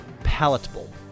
palatable